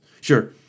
Sure